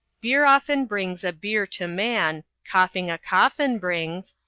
beer often brings a bier to man, coughing a coffin brings,